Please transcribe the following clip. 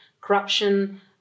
corruption